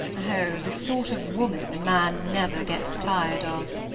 oh! the sort of woman a man never gets tired of.